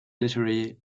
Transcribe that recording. literary